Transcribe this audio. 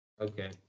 Okay